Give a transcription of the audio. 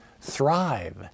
thrive